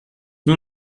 nur